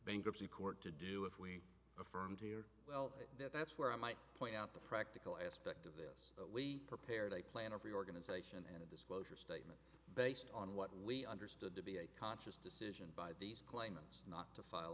bankruptcy court to do if we affirmed here well that that's where i might point out the practical aspect of this we prepared a plan of reorganization and a disclosure statement based on what we understood to be a conscious decision by these claimants not to file